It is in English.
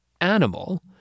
animal